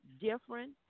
different